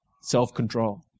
self-control